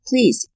Please